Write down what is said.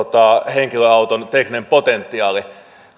henkilöauton tekninen potentiaali